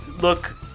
look